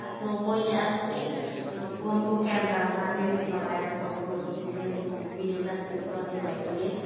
आफ्नो मैले आफ्नो फोनको क्यामरामा लेन्स लगाएर फोटोहरू खिच्ने फु भिडियोग्राफीहरू गर्ने भएकाले